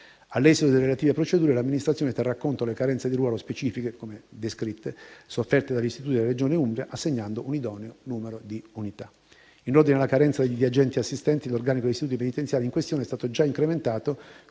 All'esito delle relative procedure, l'amministrazione terrà conto delle carenze di ruolo specifiche sofferte dagli istituti della Regione Umbria, assegnando un idoneo numero di unità. In ordine alla carenza di agenti/assistenti, l'organico degli istituti penitenziari in questione è stato già incrementato